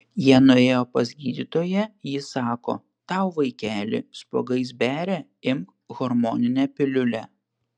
jie nuėjo pas gydytoją ji sako tau vaikeli spuogais beria imk hormoninę piliulę